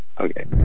Okay